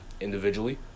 Individually